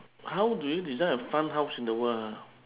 how do you design a fun house in the world ah